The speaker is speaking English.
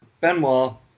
benoit